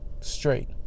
straight